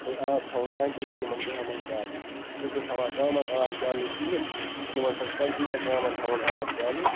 بیٚیہِ آب تھاوُن کَنٹِنیوٗ یِمَن گامَن چالوٗ یِم چھِنہٕ تھاوان گامَن آب چالوٗ کِہیٖنۍ یِمَن پَزِ کَنٹِنیوٗ گامَن تھاوُن آب چالوٗ